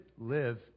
live